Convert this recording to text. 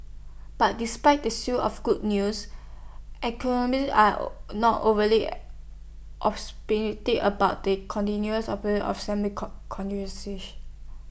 but despite the sew of good news are not overly about the continuous